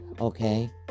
Okay